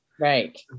Right